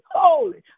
holy